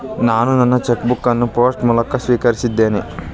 ನಾನು ನನ್ನ cheque book ಅನ್ನು ಪೋಸ್ಟ್ ಮೂಲಕ ಸ್ವೀಕರಿಸಿದ್ದೇನೆ